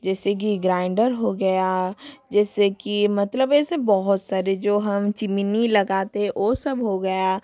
जैसे कि ग्राइंडर हो गया जैसे कि मतलब ऐसे बहुत सारे जो हम चिमनी लगाते है वो सब हो गया